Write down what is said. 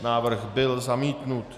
Návrh byl zamítnut.